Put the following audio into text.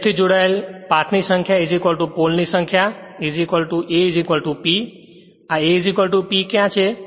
લેપ થી જોડાયેલ જોડાયેલ પાથ ની સંખ્યા પોલ્સ ની સંખ્યા A P આ A P ક્યાં છે